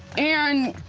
and,